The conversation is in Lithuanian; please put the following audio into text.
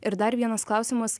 ir dar vienas klausimas